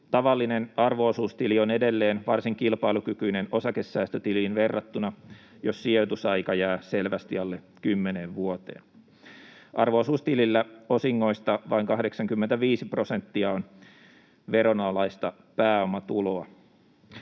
tavallinen arvo-osuustili on edelleen varsin kilpailukykyinen osakesäästötiliin verrattuna, jos sijoitusaika jää selvästi alle kymmeneen vuoteen. Arvo-osuustilillä osingoista vain 85 prosenttia on veronalaista pääomatuloa.